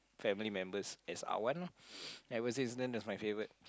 family members as are one loh there was this then was my favourite